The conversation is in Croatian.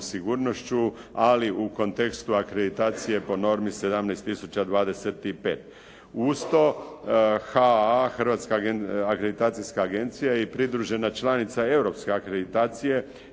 sigurnošću, ali u kontekstu akreditacije po normi 17.025. Uz to HAA, Hrvatska akreditacijska agencija je i pridružena članica europske akreditacije